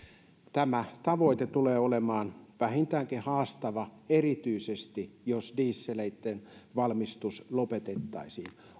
tämä tavoite tulee olemaan vähintäänkin haastava erityisesti jos dieseleitten valmistus lopetetaan